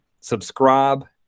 subscribe